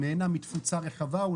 הוא נהנה מתפוצה רחבה.